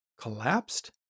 collapsed